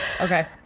Okay